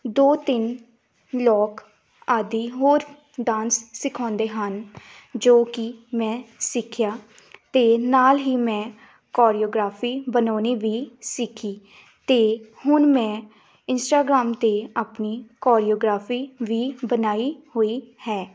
ਦੋ ਤਿੰਨ ਲੋਕ ਆਦਿ ਹੋਰ ਡਾਂਸ ਸਿਖਾਉਂਦੇ ਹਨ ਜੋ ਕਿ ਮੈਂ ਸਿੱਖਿਆ ਅਤੇ ਨਾਲ ਹੀ ਮੈਂ ਕੋਰੀਓਗ੍ਰਾਫੀ ਬਣਾਉਣੀ ਵੀ ਸਿੱਖੀ ਅਤੇ ਹੁਣ ਮੈਂ ਇੰਸਟਾਗਰਾਮ 'ਤੇ ਆਪਣੀ ਕੋਰੀਓਗ੍ਰਾਫੀ ਵੀ ਬਣਾਈ ਹੋਈ ਹੈ